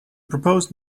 proposed